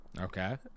Okay